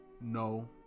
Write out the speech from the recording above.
No